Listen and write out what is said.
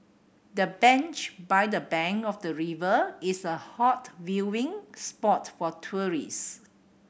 the bench by the bank of the river is a hot viewing spot for tourist